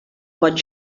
pot